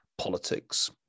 politics